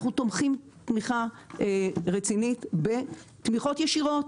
אנחנו תומכים תמיכה רצינית בתמיכות ישירות,